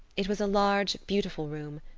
it was a large, beautiful room,